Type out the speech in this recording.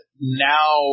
now